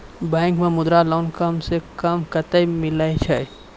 Bank से Mudra loan कम सऽ कम कतैय मिलैय छै?